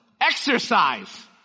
Exercise